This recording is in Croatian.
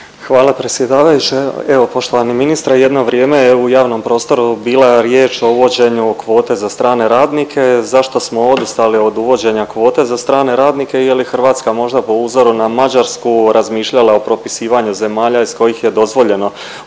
Hvala predsjedavajući. Evo poštovani ministre. Jedno vrijeme u javnom prostoru bila riječ o uvođenju kvote za strane radnike, zašto smo odustali od uvođenja kvote za strane radnike i je li Hrvatska možda po uzoru na Mađarsku razmišlja o propisivanju zemalja iz kojih je dozvoljeno uvoženje